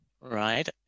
right